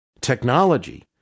Technology